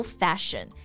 fashion